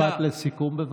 משפט לסיכום.